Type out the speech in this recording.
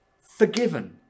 Forgiven